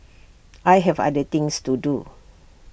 I have other things to do